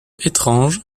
étrange